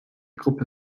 gruppe